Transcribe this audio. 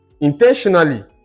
intentionally